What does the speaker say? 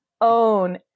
own